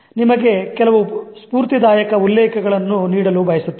ನಿಮಗೆ ಕೆಲವು ಪೂರ್ತಿದಾಯಕ ಉಲ್ಲೇಖಗಳನ್ನು ನೀಡಲು ಬಯಸುತ್ತೇನೆ